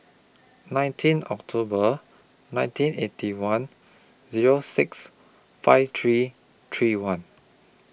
nineteen October nineteen Eighty One Zero six five three three one